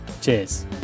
Cheers